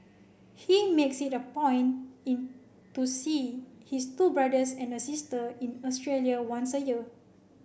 he makes it a point in to see his two brothers and a sister in Australia once a year